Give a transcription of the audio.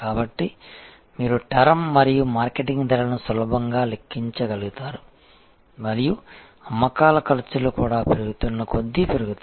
కాబట్టి మీరు టర్మ్ మరియు మార్కెటింగ్ ధరలను సులభంగా లెక్కించగలుగుతారు మరియు అమ్మకాల ఖర్చులు కూడా పెరుగుతున్న కొద్దీ పెరుగుతాయి